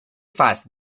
fas